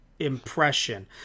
impression